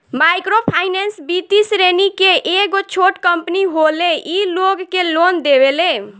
micro finance वित्तीय श्रेणी के एगो छोट कम्पनी होले इ लोग के लोन देवेले